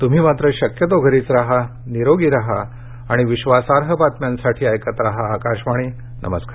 तुम्ही मात्र शक्यतो घरीच राहा निरोगी राहा आणि विश्वासार्ह बातम्यांसाठी ऐकत राहा आकाशवाणी नमस्कार